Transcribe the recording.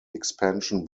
expansion